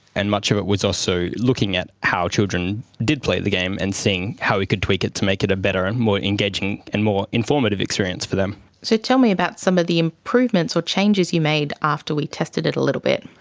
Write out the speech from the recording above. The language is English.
and much of it was also looking at how children did play the game and seeing how we could tweak it to make it a better, and more engaging and more informative experience for them. so tell me about some of the improvements or changes you made after we tested it a little bit.